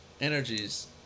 energies